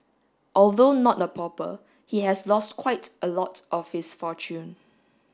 although not a pauper he has lost quite a lot of his fortune